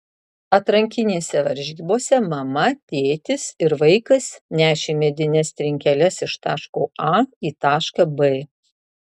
atrankinėse varžybose mama tėtis ir vaikas nešė medines trinkeles iš taško a į tašką b